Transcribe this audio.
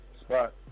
spot